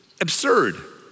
absurd